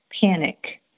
panic